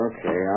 Okay